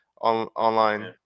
online